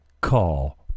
call